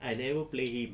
I never play him